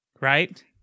right